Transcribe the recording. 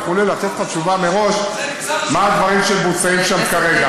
וכו' לתת לך תשובה מראש מה הדברים שמבוצעים שם כרגע.